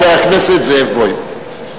חבר הכנסת זאב בוים.